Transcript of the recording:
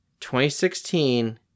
2016